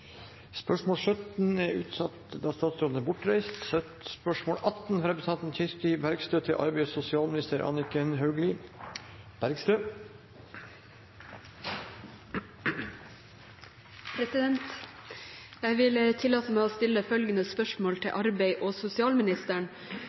er utsatt, da statsråden er bortreist. Jeg vil tillate meg å stille følgende spørsmål til arbeids- og